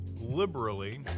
liberally